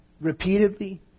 repeatedly